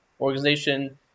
organization